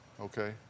Okay